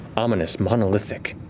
ominous, monolithic.